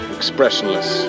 expressionless